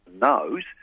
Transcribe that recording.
knows